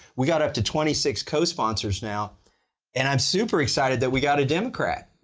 we got up to twenty six co-sponsors now and i'm super excited that we got a democrat.